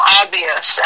obvious